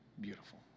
beautiful